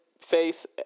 face